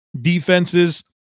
defenses